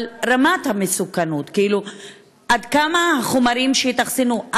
על רמת המסוכנות: עד כמה החומרים שיאחסנו,